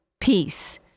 peace